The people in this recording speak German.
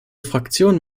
fraktion